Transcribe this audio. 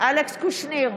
אלכס קושניר,